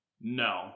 No